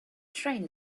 train